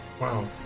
Wow